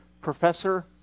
Professor